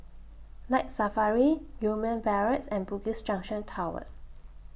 Night Safari Gillman Barracks and Bugis Junction Towers